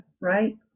right